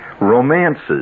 romances